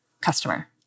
customer